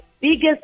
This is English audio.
biggest